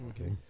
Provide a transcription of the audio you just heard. Okay